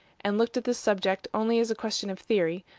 and looked at this subject only as a question of theory,